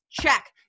Check